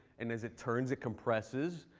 and as it turns, it compresses.